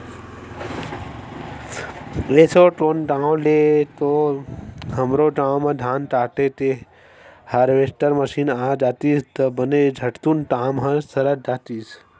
एसो कोन गाँव ले तो हमरो गाँव म धान काटे के हारवेस्टर मसीन आ जातिस त बने झटकुन काम ह सरक जातिस